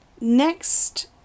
Next